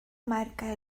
marca